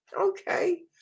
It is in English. Okay